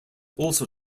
also